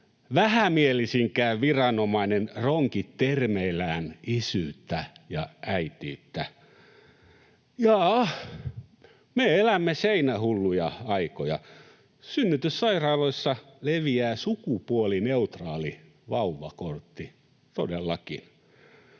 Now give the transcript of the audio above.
vähämielisinkään viranomainen ronki termeillään isyyttä ja äitiyttä? Jaa-a, me elämme seinähulluja aikoja. Synnytyssairaaloissa leviää sukupuolineutraali vauvakortti, todellakin.